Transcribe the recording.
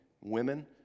women